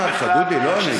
אתה אמרת, דודי, לא אני.